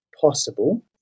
possible